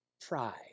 pride